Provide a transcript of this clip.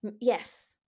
yes